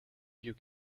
you